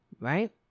Right